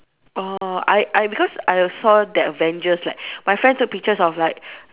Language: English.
err I I because I saw the Avengers like my friends took pictures of like